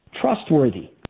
trustworthy